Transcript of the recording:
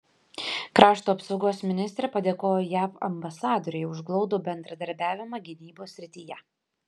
krašto apsaugos ministrė padėkojo jav ambasadorei už glaudų bendradarbiavimą gynybos srityje